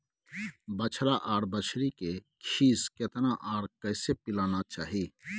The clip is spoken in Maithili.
बछरा आर बछरी के खीस केतना आर कैसे पिलाना चाही?